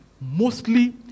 Mostly